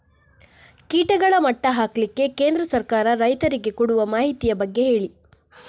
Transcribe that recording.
ಕೀಟಗಳ ಮಟ್ಟ ಹಾಕ್ಲಿಕ್ಕೆ ಕೇಂದ್ರ ಸರ್ಕಾರ ರೈತರಿಗೆ ಕೊಡುವ ಮಾಹಿತಿಯ ಬಗ್ಗೆ ಹೇಳಿ